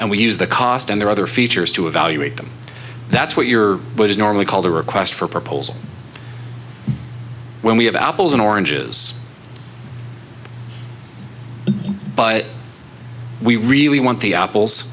and we use the cost and there are other features to evaluate them that's what you're normally called a request for proposal when we have apples and oranges but we really want the apples